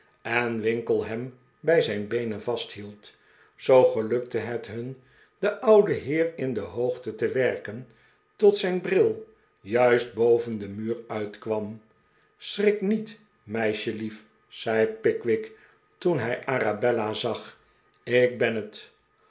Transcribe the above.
en winkle hem bij zijn beenen vasthield zoo gelukte het hun den ouden heer in de hoogte te werken tot zijn bril juist boven den muur uitkwam schrik niet meisjelief zei pickwick toen hij arabella zag ik ben het